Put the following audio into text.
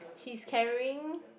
she's carrying